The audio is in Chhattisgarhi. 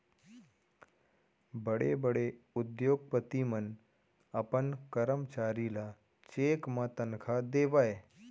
बड़े बड़े उद्योगपति मन अपन करमचारी ल चेक म तनखा देवय